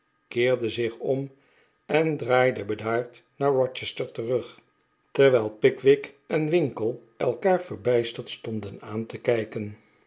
keerde zich om en draalaar rochester terug terwijl winkle elkaar verbijsterd te kijken